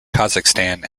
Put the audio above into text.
kazakhstan